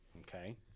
Okay